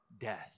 death